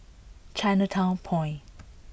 Chinatown Point